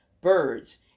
birds